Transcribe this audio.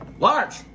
Large